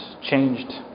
changed